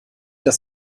dass